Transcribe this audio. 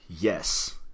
yes